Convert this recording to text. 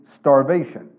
starvation